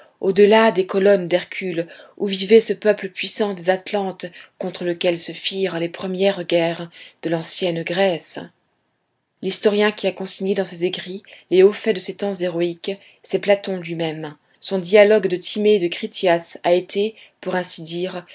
au-delà des colonnes d'hercule où vivait ce peuple puissant des atlantes contre lequel se firent les premières guerres de l'ancienne grèce l'historien qui a consigné dans ses écrits les hauts faits de ces temps héroïques c'est platon lui-même son dialogue de timée et de critias a été pour ainsi dire